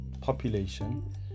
population